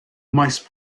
maes